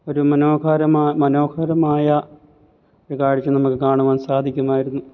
ഒരു മനോഹാരമാ മനോഹരമായ ഒരു കാഴ്ച നമുക്ക് കാണുവാൻ സാധിക്കുമായിരുന്നു